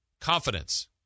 confidence